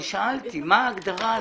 אני שאלתי מה ההגדרה הזאת.